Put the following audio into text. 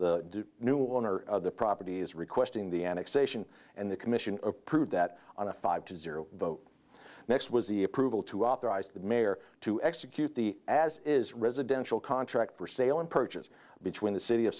the new owner of the property is requesting the annexation and the commission approved that on a five to zero vote next was the approval to authorize the mayor to execute the as is residential contract for sale and purchase between the city of